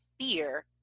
fear